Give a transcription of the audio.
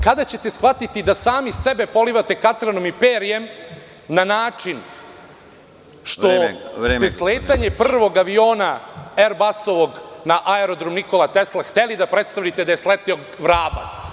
Kada ćete shvatiti da sami sebe polivate katranom i perjem na način što ste sletanje prvog aviona Erbasovog na Aerodrom „Nikola Tesla“ hteli da predstavite kao da je sleteo vrabac?